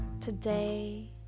Today